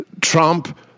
Trump